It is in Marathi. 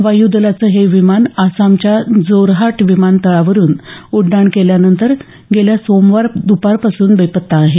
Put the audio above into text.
वायुदलाचं हे विमान आसामच्या जोरहाट विमानटळावरून उड्डाण केल्यानंतर गेल्या सोमवार द्पारपासून बेपत्ता आहे